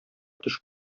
төш